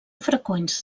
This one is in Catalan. freqüents